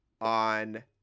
on